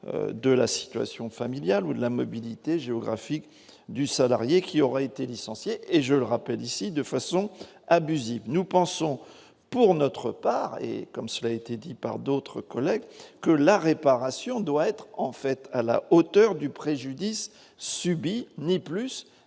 de la situation familiale ou de la mobilité géographique du salarié qui aurait été licencié et je rappelle ici de façon abusive, nous pensons pour notre part, et comme cela a été dit par d'autres collègues, que la réparation doit être en fait à la hauteur du préjudice subi, ni plus